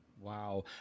Wow